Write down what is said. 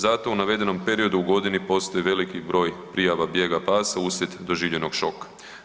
Zato u navedenom periodu u godini postoji veliki broj prijava bijega pasa uslijed doživljenog šoka.